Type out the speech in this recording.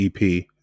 EP